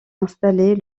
installés